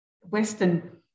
Western